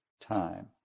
time